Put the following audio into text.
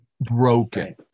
broken